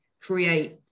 create